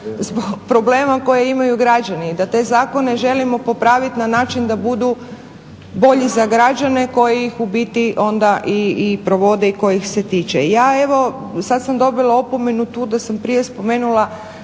zbog problema koje imaju građani i da te zakone želimo popraviti na način da budu bolji za građane koji ih u biti onda provode i kojih se tiče. Ja evo, sad sam dobila opomenu tu da sam prije spomenula